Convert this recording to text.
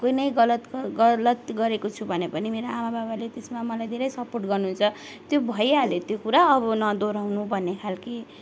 कुनै गलत गलत गरेको छु भने पनि मेरो आमा बाबाले त्यसमा मलाई धेरै सपोर्ट गर्नुहुन्छ त्यो भइहाल्यो त्यो कुरा अब नदोहोऱ्याउनु भन्ने खालको